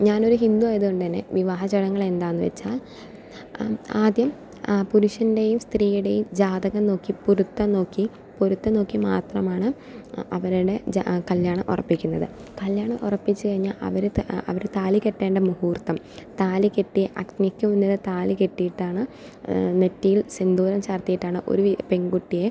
ഞാനൊരു ഹിന്ദുവായത് കൊണ്ടുതന്നെ വിവാഹ ചടങ്ങുകൾ എന്താന്ന് വെച്ചാൽ ആദ്യം പുരുഷൻൻ്റെയും സ്ത്രീയുടെയും ജാതകം നോക്കി പൊരുത്തം നോക്കി പൊരുത്തം നോക്കി മാത്രമാണ് അവരുടെ ജാ കല്യാണം ഉറപ്പിക്കുന്നത് കല്യാണം ഉറപ്പിച്ചു കഴിഞ്ഞാൽ അവരെ അവരെ താലി കെട്ടേണ്ട മുഹൂർത്തം താലികെട്ട് അഗ്നിക്കു മുന്നിൽ താലികെട്ടിയിട്ടാണ് നെറ്റിയിൽ സിന്ദൂരം ചാർത്തിയിട്ടാണ് ഒരു പെൺകുട്ടിയെ